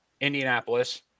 Indianapolis